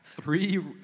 Three